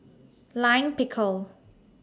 Lime Pickle